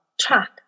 track